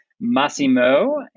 Massimo